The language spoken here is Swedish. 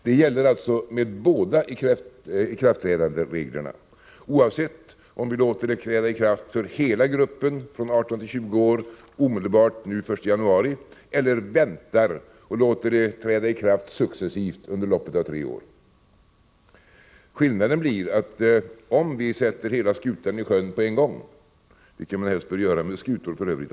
Detta gäller med båda ikraftträdandereglerna, oavsett om vi låter systemet träda i kraft för hela gruppen i åldern 18-20 år nu den 1 januari eller väntar och låter systemet träda i kraft successivt under loppet av tre år. Skillnaden blir att om vi sätter hela skutan i sjön på en gång — vilket man f.ö.